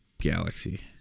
galaxy